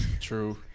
True